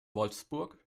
wolfsburg